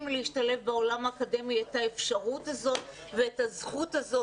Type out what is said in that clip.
להשתלב בעולם האקדמי את האפשרות הזו ואת הזכות הזו,